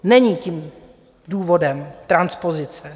Není tím důvodem transpozice.